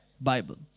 Bible